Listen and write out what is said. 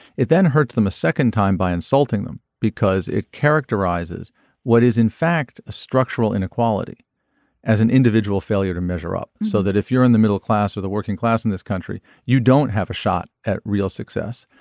it then hurts them a second time by insulting them because it characterizes what is in fact a structural inequality as an individual failure to measure up so that if you're in the middle class or the working class in this country you don't have a shot at real success.